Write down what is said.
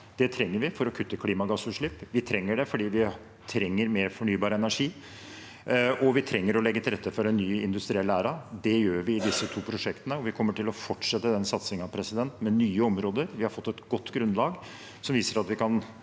Det trenger vi for å kutte klimagassutslipp. Vi trenger det fordi vi trenger mer fornybar energi, og vi trenger å legge til rette for en ny industriell æra. Det gjør vi med disse to prosjektene, og vi kommer til å fortsette denne satsingen med nye områder. Vi har fått et godt grunnlag som viser at vi kan